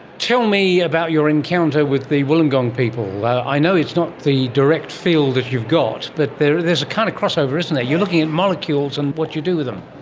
tell me about your encounter with the wollongong people. i know it's not the direct field as you've got but there's a kind of crossover, isn't there. you're looking at molecules and what you do with them.